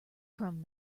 from